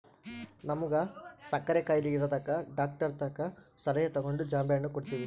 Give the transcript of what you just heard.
ನಮ್ವಗ ಸಕ್ಕರೆ ಖಾಯಿಲೆ ಇರದಕ ಡಾಕ್ಟರತಕ ಸಲಹೆ ತಗಂಡು ಜಾಂಬೆಣ್ಣು ಕೊಡ್ತವಿ